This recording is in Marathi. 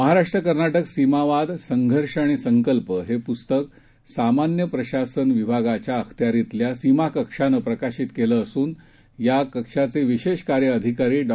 महाराष्ट्रकर्नाटकसीमावाद संघर्षआणिसंकल्पहेपुस्तकसामान्यप्रशासनविभागाच्याअखत्यारितल्यासीमाकक्षानंप्रकाशितकेलंअसून याकक्षाचेविशेषकार्यअधिकारीडॉ